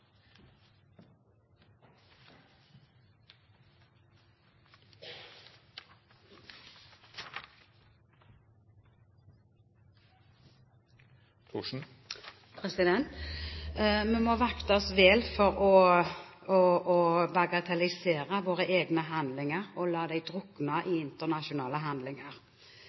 å bagatellisere våre egne handlinger og la dem drukne i internasjonale handlinger.